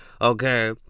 okay